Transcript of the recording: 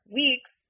weeks